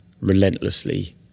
relentlessly